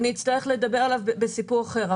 שנצטרך לדבר עליו בסיפור אחר.